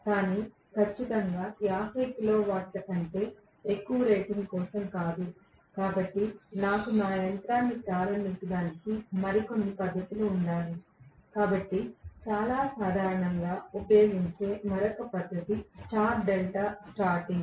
కానీ ఖచ్చితంగా 50 కిలోవాట్ల కంటే ఎక్కువ రేటింగ్ కోసం కాదు కాబట్టి నాకు యంత్రాన్ని ప్రారంభించడానికి మరికొన్ని పద్ధతులు ఉండాలి కాబట్టి చాలా సాధారణంగా ఉపయోగించే మరొక పద్ధతి స్టార్ డెల్టా స్టార్టింగ్